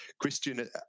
Christian